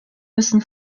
müssen